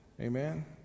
Amen